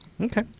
Okay